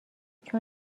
چون